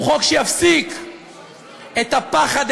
הוא חוק שיפסיק את הפחד,